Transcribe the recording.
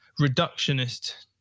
reductionist